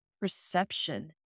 perception